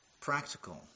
practical